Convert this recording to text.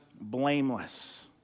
blameless